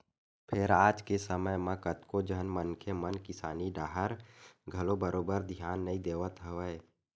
फेर आज के समे म कतको झन मनखे मन किसानी डाहर घलो बरोबर धियान नइ देवत हवय